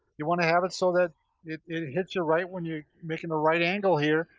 you wanna have it so that it it hits you right when you making the right angle here,